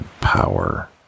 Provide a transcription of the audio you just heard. power